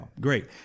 great